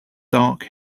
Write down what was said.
dark